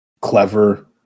clever